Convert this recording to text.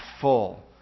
full